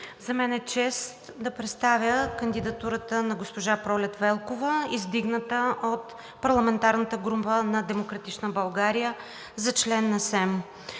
За мен е чест да представя кандидатурата на госпожа Пролет Велкова, издигната от парламентарната група на „Демократична България“ за член на СЕМ.